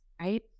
right